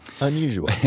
unusual